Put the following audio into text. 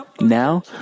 Now